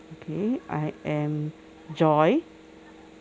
okay I am joy